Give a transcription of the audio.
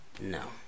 No